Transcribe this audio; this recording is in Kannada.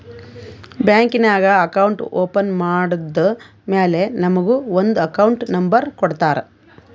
ಬ್ಯಾಂಕ್ ನಾಗ್ ಅಕೌಂಟ್ ಓಪನ್ ಮಾಡದ್ದ್ ಮ್ಯಾಲ ನಮುಗ ಒಂದ್ ಅಕೌಂಟ್ ನಂಬರ್ ಕೊಡ್ತಾರ್